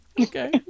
okay